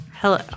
Hello